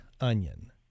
onion